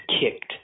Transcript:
kicked